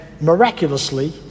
miraculously